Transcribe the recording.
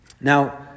Now